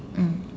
mm